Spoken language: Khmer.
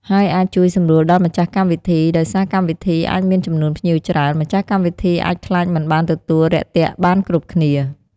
ហើយអាចជួយសម្រួលដល់ម្ចាស់កម្មវិធី ដោយសារកម្មវិធីអាចមានចំនួនភ្ញៀវច្រើន ម្ចាស់កម្មវិធីអាចខ្លាចមិនបានទទួលរាក់ទាក់បានគ្រប់គ្នា។